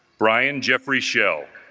bryan jeffrey shell